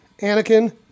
Anakin